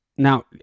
Now